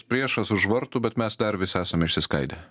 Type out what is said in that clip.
priešas už vartų bet mes dar vis esam išsiskaidę